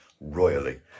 royally